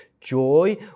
joy